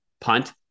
punt